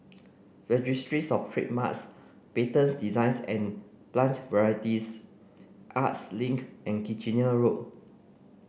Registries Of Trademarks Patents Designs and Plant Varieties Arts Link and Kitchener Road